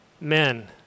men